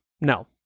no